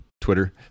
Twitter